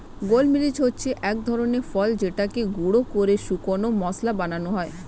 গোলমরিচ হচ্ছে এক ধরনের ফল যেটাকে গুঁড়ো করে শুকনো মসলা বানানো হয়